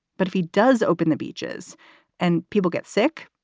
but if he does open the beaches and people get sick,